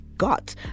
got